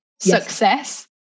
success